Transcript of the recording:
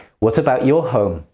what about your home?